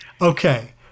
Okay